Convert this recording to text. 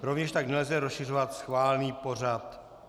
Rovněž tak nelze rozšiřovat schválený pořad.